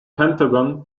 pentagon